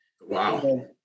Wow